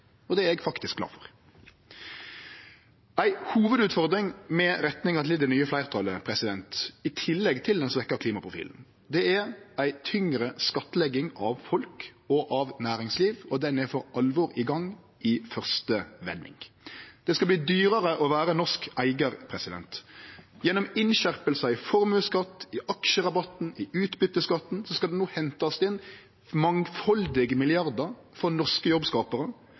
og det er eg faktisk glad for. Ei hovudutfordring med retninga til det nye fleirtalet – i tillegg til den svekte klimaprofilen – er ei tyngre skattlegging av folk og av næringsliv, og den er for alvor i gang i fyrste vending. Det skal verte dyrare å vere norsk eigar. Gjennom innskjerpingar i formuesskatten, aksjerabatten og utbyteskatten skal det no hentast inn mangfaldige milliardar frå norske jobbskaparar.